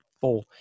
four